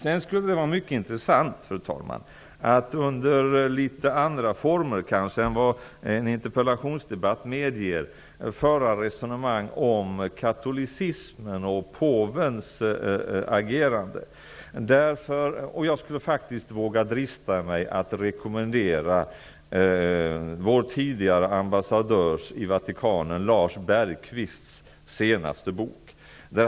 Sedan skulle det vara mycket intressant att under litet andra former än vad en interpellationsdebatt medger föra resonemang om katolicismen och om påvens agerande. Jag vågar drista mig att rekommendera vår tidigare ambassadör i Vatikanen Lars Bergqvists senaste bok.